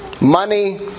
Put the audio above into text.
Money